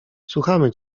słuchamy